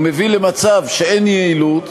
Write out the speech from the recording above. הוא מביא למצב שאין יעילות,